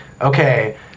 okay